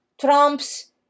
Trump's